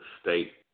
state